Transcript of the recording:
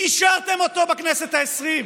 אישרתם אותו בכנסת העשרים,